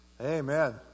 Amen